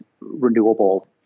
renewable